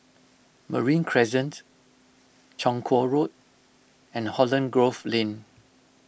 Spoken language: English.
Marine Crescent Chong Kuo Road and Holland Grove Lane